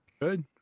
Good